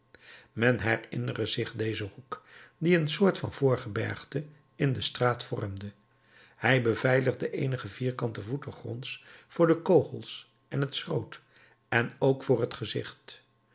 men herinnere zich dezen hoek die een soort van voorgebergte in de straat vormde hij beveiligde eenige vierkante voeten gronds voor de kogels en het schroot en ook voor het gezicht